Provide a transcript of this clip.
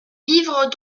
vivres